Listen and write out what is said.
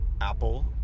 Apple